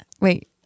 Wait